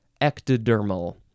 ectodermal